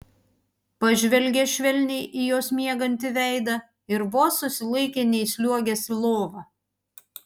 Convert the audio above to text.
pažvelgė švelniai į jos miegantį veidą ir vos susilaikė neįsliuogęs į lovą